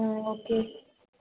ம் ஓகே